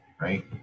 right